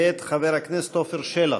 מאת חבר הכנסת עפר שלח.